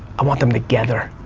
i want them together.